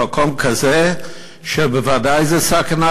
במקום כזה שזה ודאי סכנה,